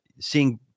seeing